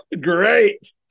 Great